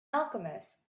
alchemist